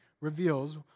reveals